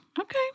Okay